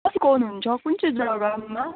कहाँ सिकाउनु हुन्छ कुन चाहिँ जग्गामा